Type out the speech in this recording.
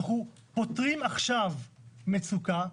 אנחנו פותרים עכשיו מצוקה,